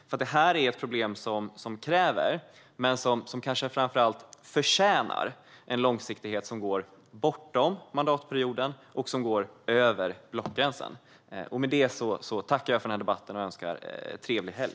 Det här är nämligen ett problem som kräver men som framför allt förtjänar en långsiktighet bortom mandatperioden och över blockgränsen. Med detta vill jag tacka för debatten och önska en trevlig helg!